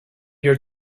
your